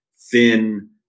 thin